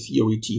Theory